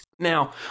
Now